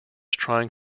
trying